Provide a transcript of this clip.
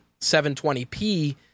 720p